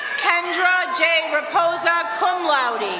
kendra j. reposa, cum laude.